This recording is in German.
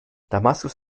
damaskus